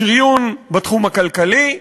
שריוּן בתחום הכלכלי,